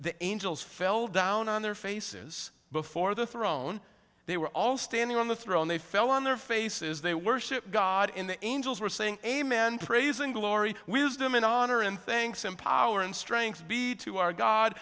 the angels fell down on their faces before the throne they were all standing on the throne they fell on their faces they worship god in the angels were saying amen praising glory wisdom and honor and thing some power and strength to our god